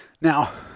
Now